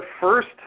first